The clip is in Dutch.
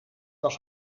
was